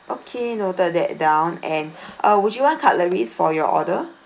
okay noted that down and uh would you want cutleries for your order